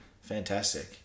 fantastic